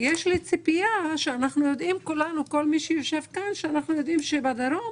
יש לי ציפייה כל מי שיושב כאן יודע שבדרום